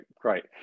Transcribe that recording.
great